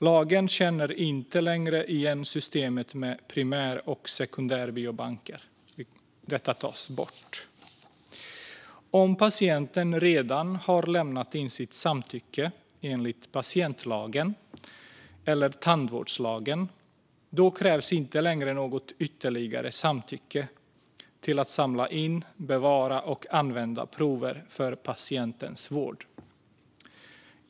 Lagen erkänner inte längre systemet med primär och sekundärbiobanker, utan dessa tas bort. Om patienten redan har lämnat sitt samtycke enligt patientlagen eller tandvårdslagen krävs inte längre något ytterligare samtycke till att samla in, bevara och använda prover för patientens vård.